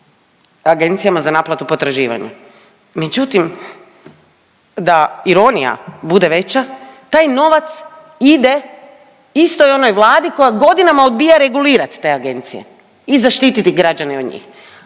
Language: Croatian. agencijama za naplatu potraživanja, međutim da ironija bude veća taj novac ide istoj onoj vladi koja godinama odbija regulirat te agencije i zaštititi građane od njih.